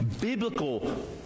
biblical